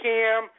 Cam